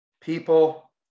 people